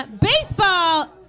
Baseball